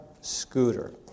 scooter